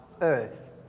earth